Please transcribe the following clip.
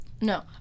No